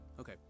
Okay